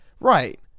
Right